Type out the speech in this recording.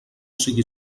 sigui